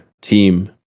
team